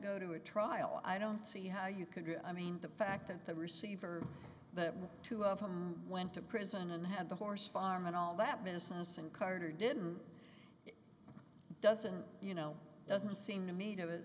go to a trial i don't see how you could i mean the fact that the receiver that two of them went to prison and had the horse farm and all that business and carter didn't doesn't you know doesn't seem to me to